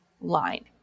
line